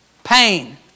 Pain